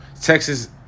Texas